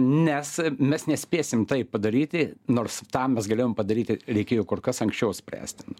nes mes nespėsim tai padaryti nors tą mes galėjom padaryti reikėjo kur kas anksčiau spręsti